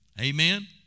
Amen